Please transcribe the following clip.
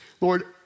Lord